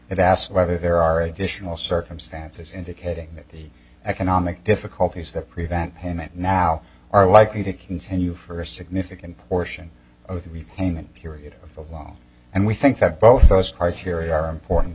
it asks whether there are additional circumstances indicating that the economic difficulties that prevent payment now are likely to continue for a significant portion of the repayment period of the law and we think that both those criteria are important